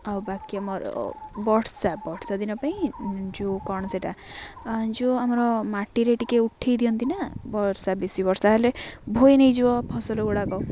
ଆଉ ବାକି ଆମର ବର୍ଷା ବର୍ଷା ଦିନ ପାଇଁ ଯେଉଁ କ'ଣ ସେଇଟା ଯେଉଁ ଆମର ମାଟିରେ ଟିକେ ଉଠାଇ ଦିଅନ୍ତି ନା ବର୍ଷା ବେଶୀ ବର୍ଷା ହେଲେ ଭଏ ନେଇଯିବ ଫସଲଗୁଡ଼ାକ